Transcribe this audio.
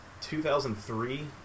2003